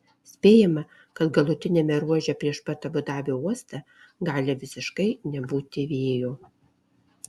spėjama kad galutiniame ruože prieš pat abu dabio uostą gali visiškai nebūti vėjo